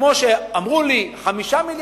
כמו שאמרו לי: צריך לגייס 5 מיליארדי